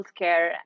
healthcare